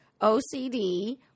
OCD